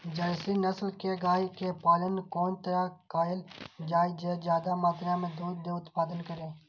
Jersey नस्ल के गाय के पालन कोन तरह कायल जाय जे ज्यादा मात्रा में दूध के उत्पादन करी?